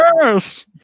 Yes